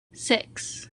six